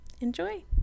Enjoy